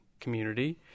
community